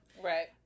Right